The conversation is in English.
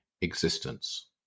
existence